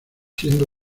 siendo